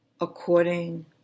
according